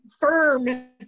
firm